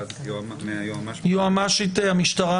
היועץ המשפטית מהמשטרה,